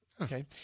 okay